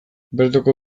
bertoko